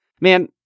Man